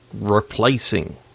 Replacing